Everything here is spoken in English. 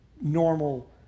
normal